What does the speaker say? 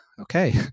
okay